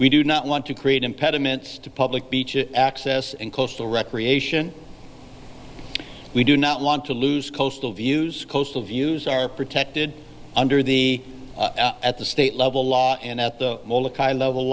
we do not want to create impediments to public beaches access and coastal recreation we do not want to lose coastal views coastal views are protected under the at the state level law and at the